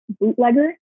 bootlegger